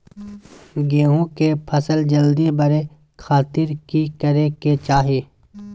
गेहूं के फसल जल्दी बड़े खातिर की करे के चाही?